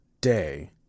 day